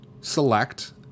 select